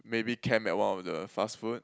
maybe camp at one of the fast food